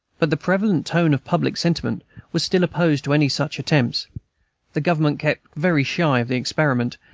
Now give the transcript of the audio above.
but the prevalent tone of public sentiment was still opposed to any such attempts the government kept very shy of the experiment,